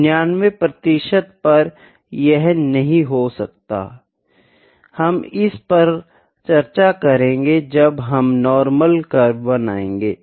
99 प्रतिशत पर यह नहीं हो सकता है हम इस पर चर्चा करेंगे जब हम नार्मल कर्वे बनायेगे